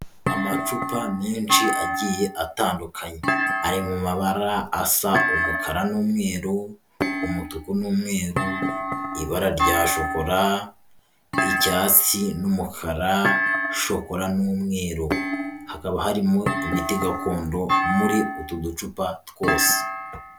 Amacupa menshi agiye atandukanye, ari mu mabara asa umukara n'umweru, umutuku n'umweru, ibara rya shokora, icyatsi n'umukara, shokora n'umweru, hakaba harimo imiti gakondo muri utu ducupa twose.